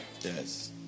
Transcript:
yes